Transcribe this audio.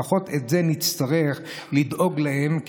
לפחות את זה נצטרך לדאוג להם,